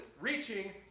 reaching